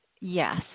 yes